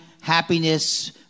happiness